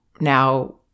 now